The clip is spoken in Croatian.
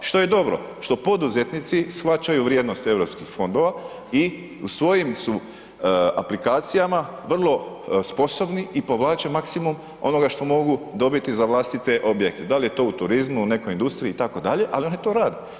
Što je dobro, što poduzetnici shvaćaju vrijednost europskih fondova i u svojim su aplikacijama vrlo sposobni i povlače maksimum onoga što mogu dobiti za vlastite objekte, da li je to u turizmu, u nekoj industriji itd., ali oni to rade.